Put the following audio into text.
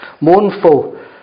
Mournful